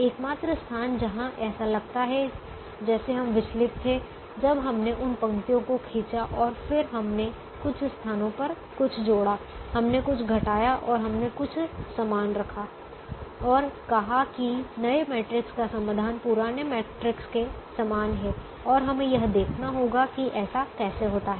एकमात्र स्थान जहां ऐसा लगता है जैसे हम विचलित थे जब हमने उन पंक्तियों को खींचा और फिर हमने कुछ स्थानों पर कुछ जोड़ा हमने कुछ घटाया और हमने कुछ समान रखा और कहा कि नए मैट्रिक्स का समाधान पुराने मैट्रिक्स के समान है और हमें यह देखना होगा कि ऐसा कैसे होता है